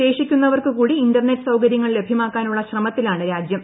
ശേഷിക്കുന്നവർക്ക് കൂടി ഇന്റർനെറ്റ് സൌകര്യ ങ്ങൾ ലഭ്യമാക്കാനുള്ള ശ്രമ്ത്തിലാണ് രാജ്യം